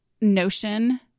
notion